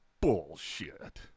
Bullshit